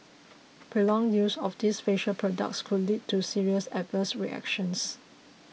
prolonged use of these facial products could lead to serious adverse reactions